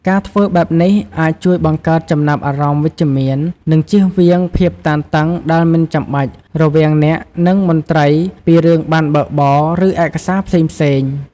ការធ្វើបែបនេះអាចជួយបង្កើតចំណាប់អារម្មណ៍វិជ្ជមាន និងជៀសវាងភាពតានតឹងដែលមិនចាំបាច់រវាងអ្នក និងមន្ត្រីពីរឿងប័ណ្ណបើកបរ ឬឯកសារផ្សេងៗ។